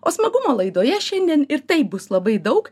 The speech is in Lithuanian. o smagumo laidoje šiandien ir taip bus labai daug